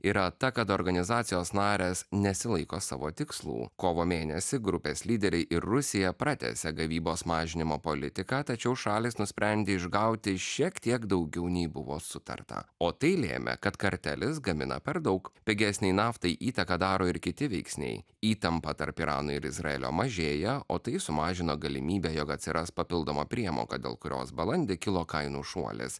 yra ta kad organizacijos narės nesilaiko savo tikslų kovo mėnesį grupės lyderiai ir rusija pratęsė gavybos mažinimo politiką tačiau šalys nusprendė išgauti šiek tiek daugiau nei buvo sutarta o tai lėmė kad kartelis gamina per daug pigesnei naftai įtaką daro ir kiti veiksniai įtampa tarp irano ir izraelio mažėja o tai sumažino galimybę jog atsiras papildoma priemoka dėl kurios balandį kilo kainų šuolis